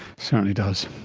certainly does.